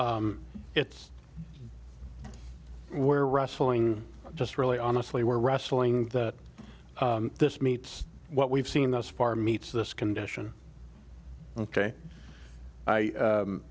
it's where wrestling just really honestly were wrestling that this meets what we've seen thus far meets this condition ok i